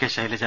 K Shailaja